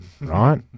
Right